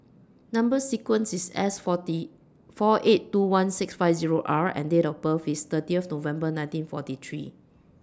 Number sequence IS S four eight two one six five Zero R and Date of birth IS thirty November nineteen forty three